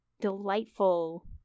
delightful